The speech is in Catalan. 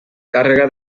càrrega